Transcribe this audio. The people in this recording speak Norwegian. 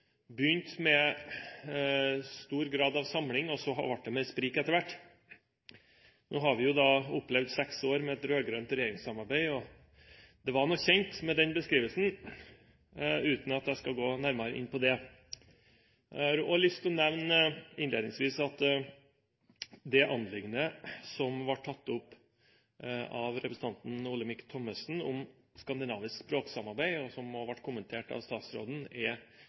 begynt med en stor grad av samling, og så ble det mer sprik etter hvert. Nå har vi opplevd seks år med et rødgrønt regjeringssamarbeid, og det var noe kjent med den beskrivelsen – uten at jeg skal gå nærmere inn på det. Jeg har også lyst til å nevne innledningsvis at det anliggende som ble tatt opp av representanten Olemic Thommessen om skandinavisk språksamarbeid, og som også ble kommentert av statsråden,